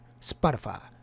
Spotify